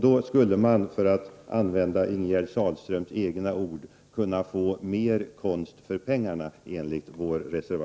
Då skulle man, för att använda Ingegerd Sahlströms egna ord, kunna få mer konst för pengarna.